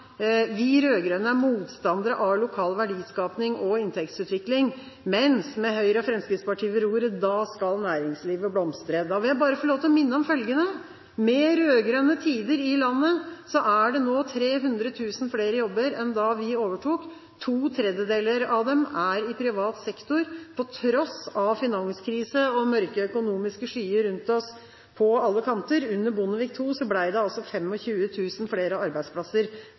vi rød-grønne er motstandere av lokal verdiskaping og inntektsutvikling, mens med Høyre og Fremskrittspartiet ved roret skal næringslivet blomstre. Da vil jeg bare få lov til å minne om følgende: Med rød-grønne tider i landet er det nå 300 000 flere jobber enn da vi overtok. To tredjedeler av dem er i privat sektor, til tross for finanskrise og mørke økonomiske skyer rundt oss på alle kanter. Under Bondevik II ble det bare 25 000 flere arbeidsplasser,